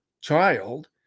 child